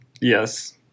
Yes